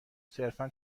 صرفا